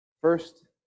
first